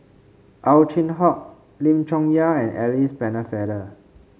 Ow Chin Hock Lim Chong Yah and Alice Pennefather